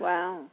Wow